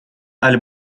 аль